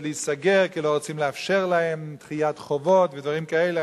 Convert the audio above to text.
להיסגר כי לא רוצים לאפשר להם דחיית חובות ודברים כאלה.